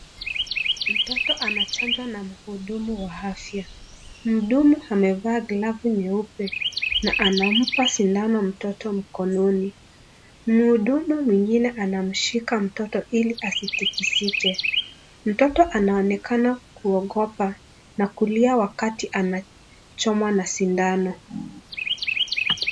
Mtoto anachanjwa na mhudumu wa afya. Mhudumu amevaa glavu nyeupe na anampa sindano mtoto mkononi. Mhudumu mwingine anamshika mtoto ili asitikike. Mtoto anaonekana kuogopa na kulia wakati anachomwa na sindano.